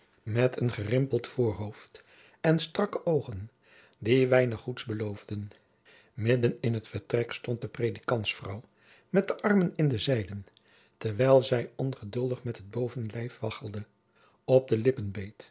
met een gerimpeld voorhoofd en strakke oogen die weinig goeds beloofden midden in het vertrek stond de predikantsvrouw met de armen in de zijden terwijl zij ongeduldig met het bovenlijf waggelende op de lippen